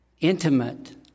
intimate